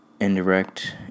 Indirect